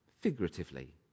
figuratively